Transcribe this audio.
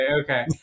okay